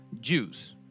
Jews